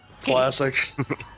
Classic